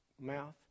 mouth